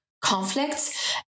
conflicts